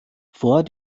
vor